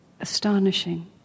astonishing